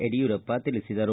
ಯಡಿಯೂರಪ್ಪ ತಿಳಿಸಿದರು